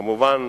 כמובן,